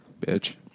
Bitch